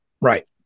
Right